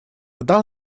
куда